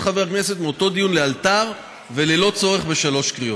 חבר הכנסת מאותו דיון לאלתר וללא צורך בשלוש קריאות.